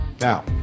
Now